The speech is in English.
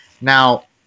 now